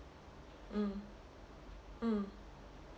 mm mm